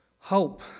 Hope